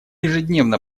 ежедневно